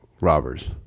robbers